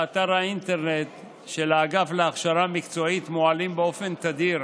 באתר האינטרנט של האגף להכשרה מקצועית מועלים באופן תדיר